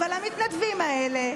אבל המתנדבים האלה,